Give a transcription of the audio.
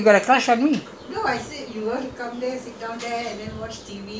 you were talking about me right that time that means you got a crush on me